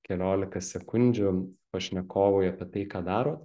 keliolika sekundžių pašnekovui apie tai ką darot